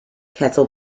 cattle